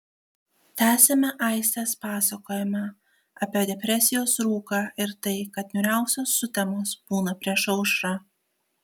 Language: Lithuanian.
tęsiame aistės pasakojimą apie depresijos rūką ir tai kad niūriausios sutemos būna prieš aušrą